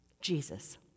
Jesus